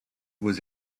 was